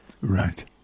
Right